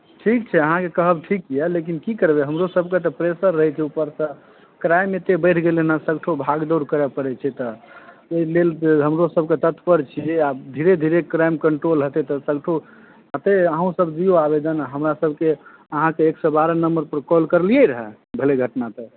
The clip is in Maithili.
ठीक छै अहाँके कहब ठीक यए लेकिन की करबै हमरोसभके तऽ प्रेशर रहैत छै ऊपरसँ क्राइम एतेक बढ़ि गेलै ने सभठाम भाग दौड़ करय पड़ैत छै तऽ ओहि लेल जे हमरोसभके तत्पर छी आब धीरे धीरे क्राइम कंट्रोल हेतै तऽ सभकुछ हेतै अहूँसभ दियौ आवेदन हमरसभके एक सए बारह नम्बरपर फ़ोन करलियै रहए भेल घटना तऽ